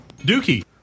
Dookie